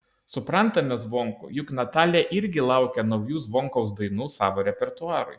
suprantame zvonkų juk natalija irgi laukia naujų zvonkaus dainų savo repertuarui